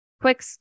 quick